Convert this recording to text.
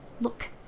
Look